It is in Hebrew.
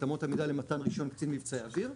אמות המידה למתן רישיון קצין מבצעי אוויר,